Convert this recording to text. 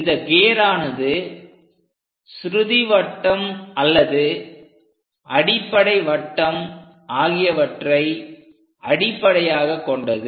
இந்த கியரானது சுருதி வட்டம் அல்லது அடிப்படை வட்டம் ஆகியவற்றை அடிப்படையாகக் கொண்டது